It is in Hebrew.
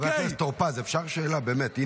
חבר הכנסת טור פז, אפשר שאלה עניינית?